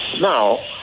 Now